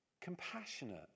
compassionate